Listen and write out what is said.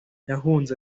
yahunze